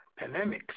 pandemics